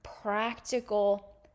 practical